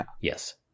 Yes